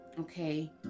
okay